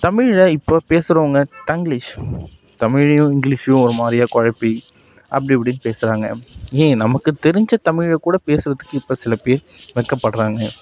தமிழில் இப்போ பேசறவங்க தங்கிலீஷ் தமிழையும் இங்கிலீஷையும் ஒரு மாதிரியா குழப்பி அப்படி இப்படின்னு பேசுறாங்க ஏன் நமக்கு தெரிஞ்ச தமிழை கூட பேசுறதுக்கு இப்போ சில பேர் வெட்கப்பட்றாங்க